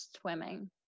swimming